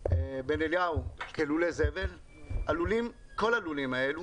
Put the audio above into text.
בן אליהו, כ "לולי זבל", כל הלולים האלו